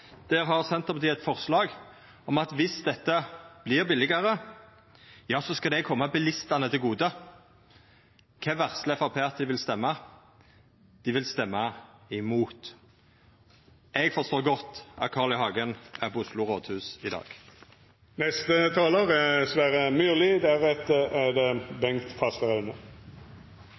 Der har Senterpartiet eit forslag om at viss dette vert billigare, skal det koma bilistane til gode. Kva varslar Framstegspartiet at dei vil stemma? Dei ville stemma mot. Eg forstår godt at Carl I. Hagen er på Oslo rådhus i